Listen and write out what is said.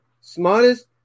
smartest